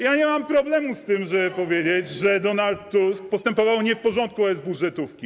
Ja nie mam problemu z tym, żeby powiedzieć, że Donald Tusk postępował nie w porządku wobec budżetówki.